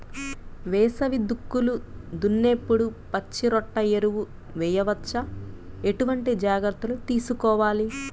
వేసవి దుక్కులు దున్నేప్పుడు పచ్చిరొట్ట ఎరువు వేయవచ్చా? ఎటువంటి జాగ్రత్తలు తీసుకోవాలి?